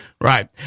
right